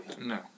No